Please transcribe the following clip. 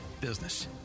business